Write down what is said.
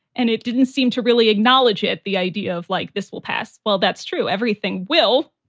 and it didn't seem to really acknowledge it. the idea of like this will pass. well, that's true. everything will.